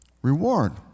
Reward